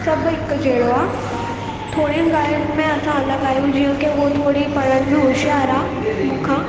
सभु हिकु जहिड़ो आहे थोरियुनि ॻाल्हियुनि में असां अलॻि आहियूं जीअं की हुअ थोरी पढ़ण में हुशियारु आहे मूंखां